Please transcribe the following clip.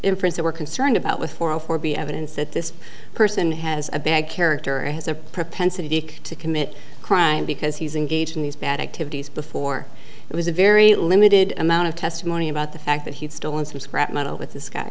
inference that we're concerned about with four or four be evidence that this person has a bad character has a propensity to commit crime because he's engaged in these bad activities before it was a very limited amount of testimony about the fact that he'd stolen some scrap metal with this guy